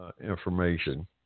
information